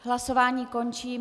Hlasování končím.